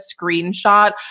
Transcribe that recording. screenshot